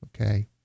Okay